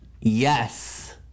Yes